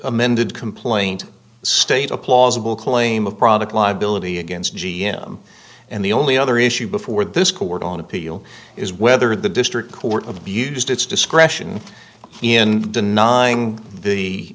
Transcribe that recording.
amended complaint state a plausible claim of product liability against g m and the only other issue before this court on appeal is whether the district court of abused its discretion in denying the